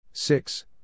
Six